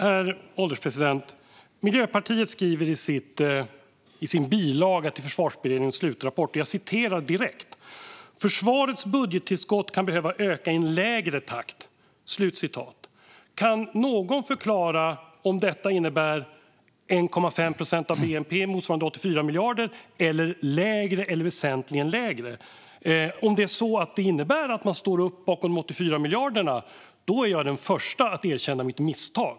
Herr ålderspresident! Miljöpartiet skriver i sin bilaga till Försvarsberedningens slutrapport: "Försvarets budgettillskott kan behöva öka i en lägre takt." Kan någon förklara om detta innebär 1,5 procent av bnp, motsvarande 84 miljarder, eller lägre eller väsentligen lägre? Om det innebär att man står bakom de 84 miljarderna är jag den förste att erkänna mitt misstag.